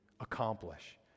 accomplish